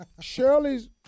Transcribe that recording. Shirley's